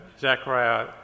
Zechariah